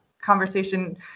conversation